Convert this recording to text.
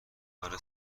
آره